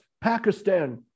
Pakistan